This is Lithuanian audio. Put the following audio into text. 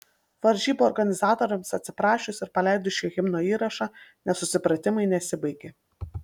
varžybų organizatoriams atsiprašius ir paleidus šio himno įrašą nesusipratimai nesibaigė